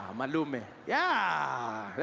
malume, yeah,